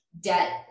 debt